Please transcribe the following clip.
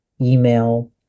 email